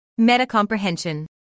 Metacomprehension